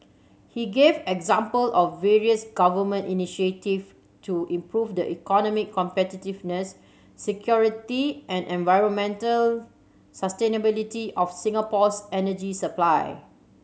he gave example of various Government initiative to improve the economic competitiveness security and environmental sustainability of Singapore's energy supply